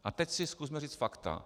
A teď si zkusme říct fakta.